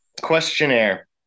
Questionnaire